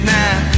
now